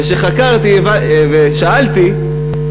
וכשחקרתי ושאלתי,